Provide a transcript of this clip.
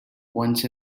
once